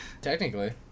technically